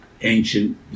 ancient